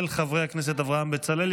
של חברי הכנסת אברהם בצלאל,